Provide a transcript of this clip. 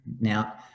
Now